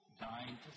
dying